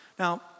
Now